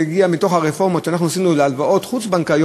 זה הגיע מתוך הרפורמות שאנחנו עשינו להלוואות חוץ-בנקאיות,